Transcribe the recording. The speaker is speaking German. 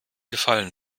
gefallen